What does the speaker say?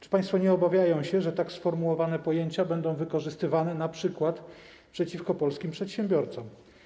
Czy państwo nie obawiają się, że tak sformułowane pojęcia będą wykorzystywane np. przeciwko polskim przedsiębiorcom?